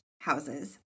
houses